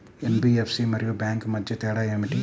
NBFC మరియు bank మధ్య తేడా ఏమిటీ?